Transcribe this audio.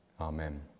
Amen